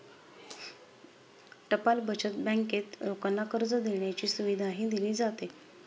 टपाल बचत बँकेत लोकांना कर्ज देण्याची सुविधाही दिली जाते